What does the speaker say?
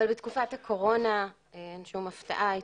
אבל בתקופה הקורונה אין שום הפתעה.